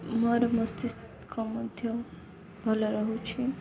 ମୋର ମସ୍ତିସ୍କ ମଧ୍ୟ ଭଲ ରହୁଛି